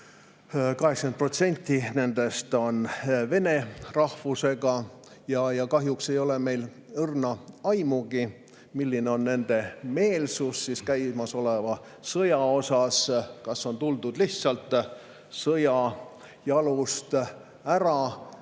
80% nendest on vene rahvusest. Ja kahjuks ei ole meil õrna aimugi, milline on nende meelsus käimasoleva sõja kohta, kas on tuldud lihtsalt sõja jalust ära.